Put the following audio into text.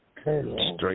Straight